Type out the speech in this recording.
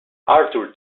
arthur